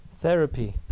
therapy